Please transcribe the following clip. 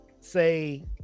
say